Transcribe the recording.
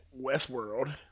Westworld